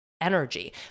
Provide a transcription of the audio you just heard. energy